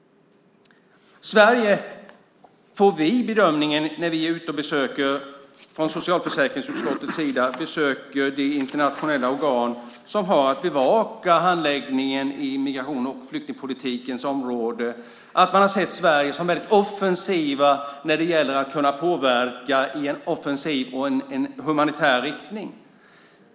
När vi från socialförsäkringsutskottets sida är ute och besöker de internationella organ som har att bevaka handläggningen inom migrations och flyktingpolitikens område får vi höra bedömningen att man har sett Sverige som väldigt offensivt när det gäller att påverka i en humanitär riktning.